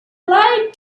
light